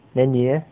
then 你 leh